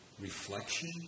reflection